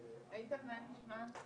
באינטרנט, נכנסת